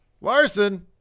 Larson